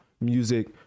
music